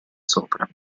sopra